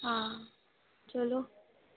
ਹਾਂ ਚਲੋ